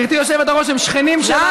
גברתי היושבת-ראש, הם שכנים שלך, טלי.